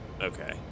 Okay